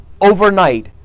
overnight